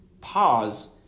pause